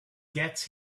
gets